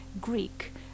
Greek